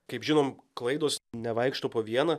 kaip žinom klaidos nevaikšto po vieną